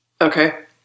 Okay